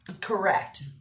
correct